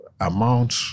amount